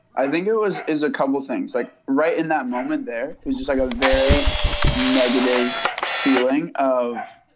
i think it was as a couple of things like right in that moment, there was just like a very negative feeling of,